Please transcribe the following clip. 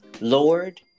Lord